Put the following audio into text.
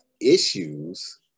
issues